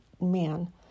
man